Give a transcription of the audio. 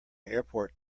airport